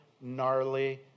gnarly